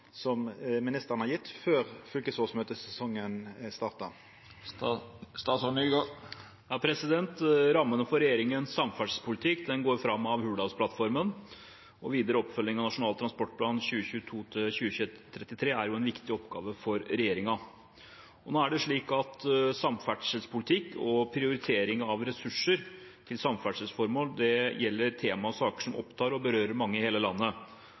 før fylkesårsmøtesesongen vidare?» Rammene for regjeringens samferdselspolitikk går fram av Hurdalsplattformen, og videre oppfølging av Nasjonal transportplan 2022–2033 er en viktig oppgave for regjeringen. Det er slik at samferdselspolitikk og prioritering av ressurser til samferdselsformål er tema og saker som opptar og berører mange i hele landet.